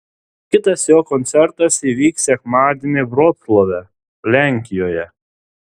kitas jo koncertas įvyks sekmadienį vroclave lenkijoje